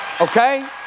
Okay